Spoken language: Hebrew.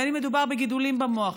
בין שמדובר בגידולים במוח,